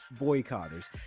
boycotters